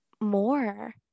more